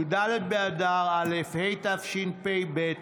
י"ד באדר א' התשפ"ב,